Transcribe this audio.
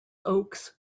oaks